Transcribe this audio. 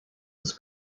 was